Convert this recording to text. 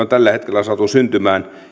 tällä hetkellä saatu syntymään